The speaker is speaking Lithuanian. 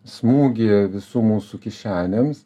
smūgį visų mūsų kišenėms